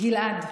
גלעד,